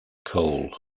cole